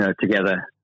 Together